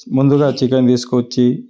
ముందుగా చికెన్ తీసుకవచ్చి